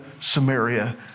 Samaria